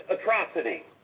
atrocity